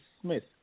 Smith